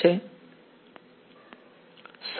વિદ્યાર્થી